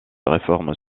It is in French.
réformes